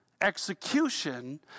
execution